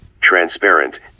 transparent